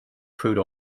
crude